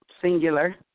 singular